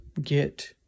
get